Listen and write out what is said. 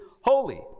holy